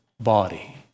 body